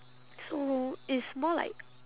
so it's more like